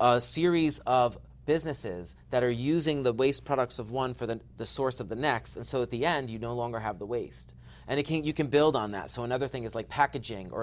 a series of businesses that are using the waste products of one for the the source of the next and so at the end you no longer have the waste and they can't you can build on that so another thing is like packaging or